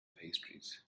pastries